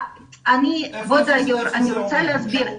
כבוד היו"ר, אני רוצה להסביר.